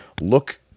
Look